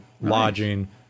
lodging